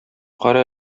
кара